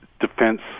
defense